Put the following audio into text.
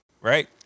Right